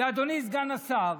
ואדוני סגן השר,